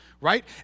Right